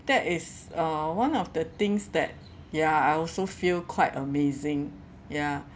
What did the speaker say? that is uh one of the things that ya I also feel quite amazing ya